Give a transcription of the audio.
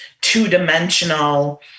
two-dimensional